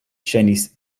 ŝajnis